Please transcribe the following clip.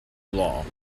law